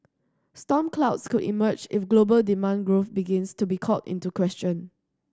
storm clouds could emerge if global demand growth begins to be called into question